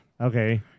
Okay